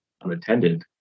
unattended